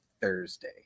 Thursday